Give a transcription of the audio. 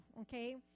okay